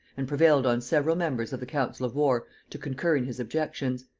and prevailed on several members of the council of war to concur in his objections.